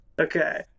Okay